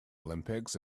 olympics